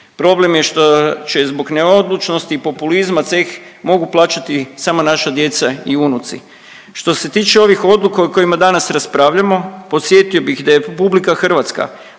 Problem je što će zbog neodlučnosti i populizma ceh mogu plaćati sama naša djeca i unuci. Što se tiče ovih odluka o kojima danas raspravljamo, podsjetio bih da je RH podržala